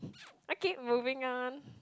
okay moving on